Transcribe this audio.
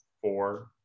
four